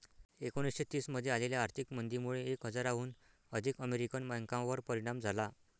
एकोणीसशे तीस मध्ये आलेल्या आर्थिक मंदीमुळे एक हजाराहून अधिक अमेरिकन बँकांवर परिणाम झाला